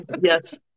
yes